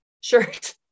shirt